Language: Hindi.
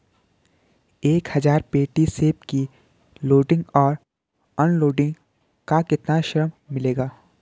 एक हज़ार पेटी सेब की लोडिंग और अनलोडिंग का कितना श्रम मिलेगा?